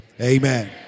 Amen